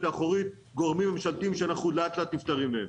האחורית גורמים ממשלתיים שאנחנו לאט-לאט נפטרים מהם.